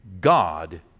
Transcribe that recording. God